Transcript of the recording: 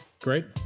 Great